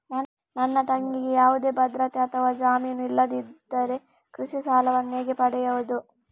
ನನ್ನ ತಂಗಿಗೆ ಯಾವುದೇ ಭದ್ರತೆ ಅಥವಾ ಜಾಮೀನು ಇಲ್ಲದಿದ್ದರೆ ಕೃಷಿ ಸಾಲವನ್ನು ಹೇಗೆ ಪಡೆಯುದು?